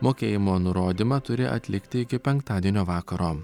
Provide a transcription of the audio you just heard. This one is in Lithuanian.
mokėjimo nurodymą turi atlikti iki penktadienio vakaro